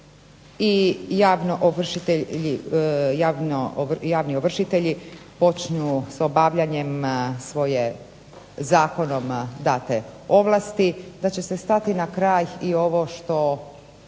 i javni ovršitelji počnu s obavljanjem svoje zakonom date ovlasti da će se stati na kraj i ovo što